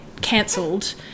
cancelled